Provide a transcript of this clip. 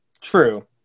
True